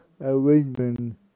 arrangement